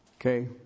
Okay